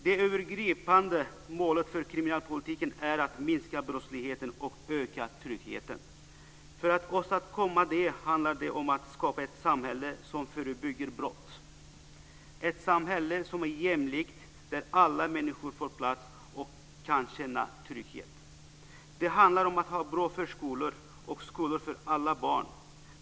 Det övergripande målet för kriminalpolitiken är att minska brottsligheten och öka tryggheten. För att åstadkomma det handlar det om att skapa ett samhälle som förebygger brott, ett samhälle som är jämlikt där alla människor får plats och kan känna trygghet. Det handlar om att ha bra förskolor och skolor för alla barn.